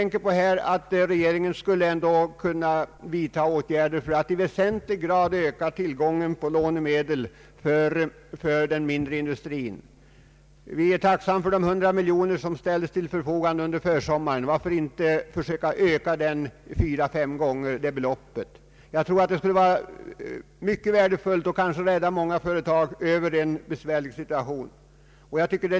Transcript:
Regeringen skulle kunna vidta åtgärder för att i väsentlig grad öka tillgången på lånemedel för den mindre industrin. Vi är tacksamma för de hundra miljoner som ställdes till förfogande under försommaren. Varför inte öka medlen med fyra, fem gånger det beloppet? Jag tror det skulle vara mycket värdefullt och kanske rädda många företag ur en besvärlig situation.